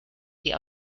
die